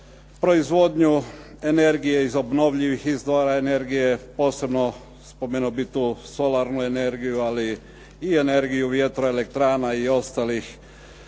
proizvodnju energije iz obnovljivih izvora energije. Posebno spomenuo bih tu solarnu energiju, ali i energiju vjetroelektrana i ostalih obnovljivih